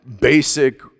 basic